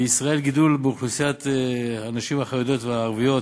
בישראל גידול באוכלוסיית הנשים החרדיות והערביות.